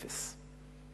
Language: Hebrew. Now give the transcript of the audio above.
אפס.